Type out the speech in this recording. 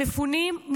מפונים,